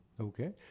Okay